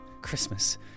Christmas